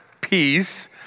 peace